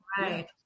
Right